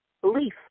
belief